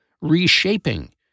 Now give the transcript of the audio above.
reshaping